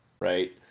right